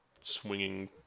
swinging